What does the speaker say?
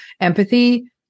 empathy